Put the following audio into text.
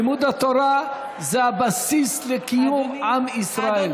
לימוד התורה זה הבסיס לקיום עם ישראל.